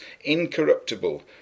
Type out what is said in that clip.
incorruptible